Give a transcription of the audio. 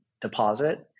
deposit